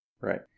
Right